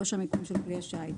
המיקום של כלי השיט.